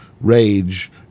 rage